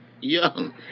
young